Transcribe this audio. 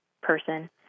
person